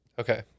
Okay